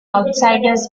outsiders